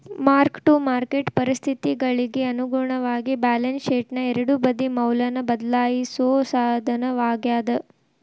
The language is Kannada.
ಮಾರ್ಕ್ ಟು ಮಾರ್ಕೆಟ್ ಪರಿಸ್ಥಿತಿಗಳಿಗಿ ಅನುಗುಣವಾಗಿ ಬ್ಯಾಲೆನ್ಸ್ ಶೇಟ್ನ ಎರಡೂ ಬದಿ ಮೌಲ್ಯನ ಬದ್ಲಾಯಿಸೋ ಸಾಧನವಾಗ್ಯಾದ